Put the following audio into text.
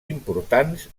importants